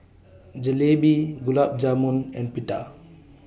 Jalebi Gulab Jamun and Pita